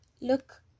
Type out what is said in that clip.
look